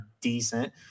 decent